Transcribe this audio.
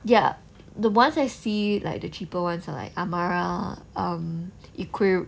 ya the ones I see like the cheaper ones are like amara err equar~